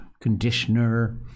conditioner